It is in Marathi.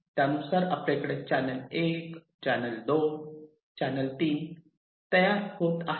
त्यानुसार आपल्याकडे चॅनेल 1 चॅनल 2 चॅनेल 3 तयार होत आहेत